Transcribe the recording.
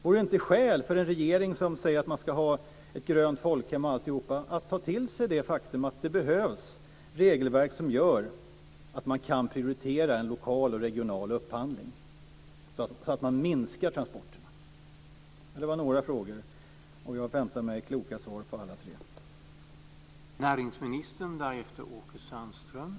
Vore det inte skäl för en regering som säger att det ska vara ett grönt folkhem osv. att ta till sig det faktum att det behövs regelverk som gör att man kan prioritera en lokal och regional upphandling så att transporterna minskar? Det var några frågor, och jag väntar mig kloka svar på dem alla tre.